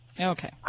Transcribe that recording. okay